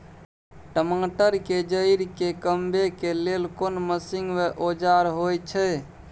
टमाटर के जईर के कमबै के लेल कोन मसीन व औजार होय छै?